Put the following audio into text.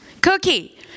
Cookie